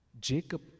Jacob